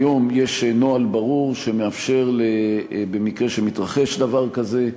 היום יש נוהל ברור שמאפשר, במקרה שמתרחש דבר כזה,